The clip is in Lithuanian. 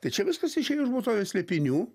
tai čia viskas išėjo iš būtovės slėpinių